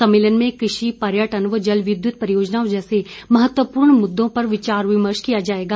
सम्मलेन में कृषि पर्यटन व जलविद्युत परियोजना जैसे महत्वपूर्ण मुददों पर विचार विमर्श किया जाएगा